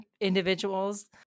individuals